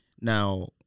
Now